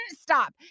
stop